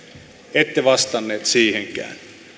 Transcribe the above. ette vastanneet siihenkään